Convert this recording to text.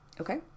okay